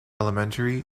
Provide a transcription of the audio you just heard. elementary